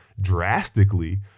drastically